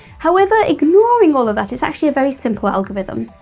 however, ignoring all of that, it's actually a very simple algorithm.